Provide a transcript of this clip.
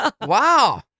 Wow